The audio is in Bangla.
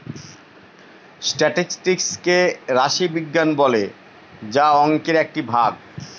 স্টাটিস্টিকস কে রাশি বিজ্ঞান বলে যা অংকের একটি ভাগ